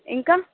ఇంకా